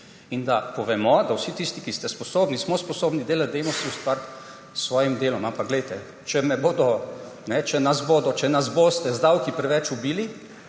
in da povemo, da si dajmo vsi tisti, ki ste sposobni, smo sposobni delati, ustvariti s svojim delom. Ampak če me bodo, če nas bodo, če nas boste z davki preveč ubili,